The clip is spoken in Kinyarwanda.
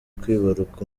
kwibaruka